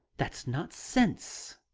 that's not sense,